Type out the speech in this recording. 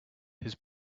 his